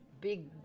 big